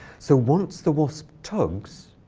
so once the wasp tugs,